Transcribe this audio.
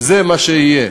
מה שיהיה.